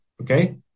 okay